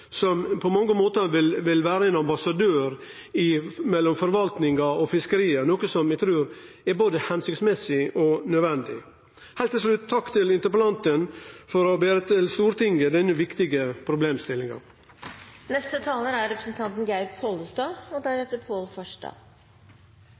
som på mange måtar vil vere ein ambassadør mellom forvaltninga og fiskeria, noko som eg trur er både hensiktmessig og nødvendig. Heilt til slutt: Takk til interpellanten for å bere til Stortinget denne viktige problemstillinga. Jeg vil starte med å takke interpellanten for å ta opp dette temaet, muligens smalt, men viktig. Interpellanten er